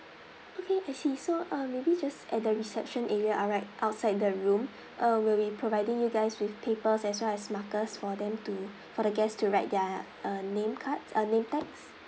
okay I see so uh maybe just at the reception area uh right outside the room uh we'll be providing you guys with papers as well as markers for them to for the guests to write their uh name cards uh name tags